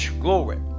glory